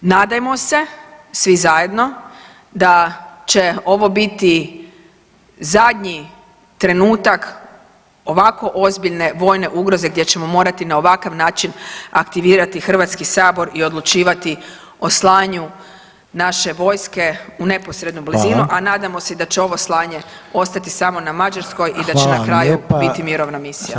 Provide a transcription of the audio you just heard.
Nadajmo se svi zajedno da će ovo biti zadnji trenutak ovako ozbiljne vojne ugroze gdje ćemo morati na ovakav način aktivirati Hrvatski sabor i odlučivati o slanju naše vojske u neposrednu blizinu [[Upadica: Hvala.]] a nadamo se i da će ovo slanje ostati samo na Mađarskoj i da će [[Upadica: Hvala vam lijepo.]] na kraju biti mirovna misija.